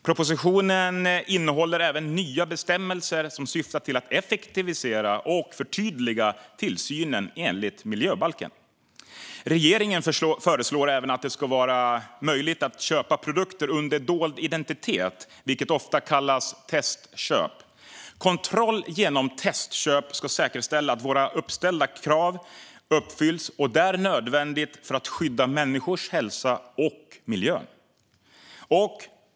Propositionen innehåller också nya bestämmelser som syftar till att effektivisera och förtydliga tillsynen enligt miljöbalken. Regeringen föreslår även att det ska vara möjligt att köpa produkter under dold identitet, vilket ofta kallas testköp. Kontroll genom testköp ska säkerställa att våra uppställda krav uppfylls där det är nödvändigt för att skydda människors hälsa och miljön.